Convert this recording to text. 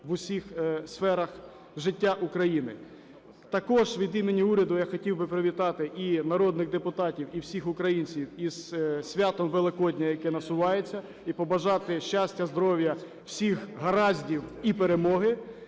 в усіх сферах життя України. Також від імені уряду я хотів би привітати і народних депутатів, і всіх українців із святом Великодня, яке насувається, і побажати щастя, здоров'я, всіх гараздів і перемоги.